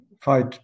fight